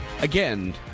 again